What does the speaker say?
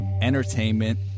entertainment